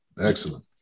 excellent